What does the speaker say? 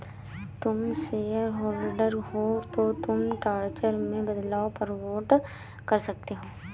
तुम शेयरहोल्डर हो तो तुम चार्टर में बदलाव पर वोट कर सकते हो